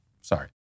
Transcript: Sorry